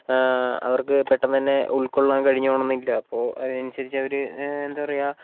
അവർക്ക് പെട്ടന്ന് തന്നെ ഉൾക്കൊള്ളാൻ കഴിഞ്ഞോണമെന്നില്ല അപ്പോൾ അതിനനുസരിച്ചവര് എന്താ പറയുക